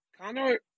Connor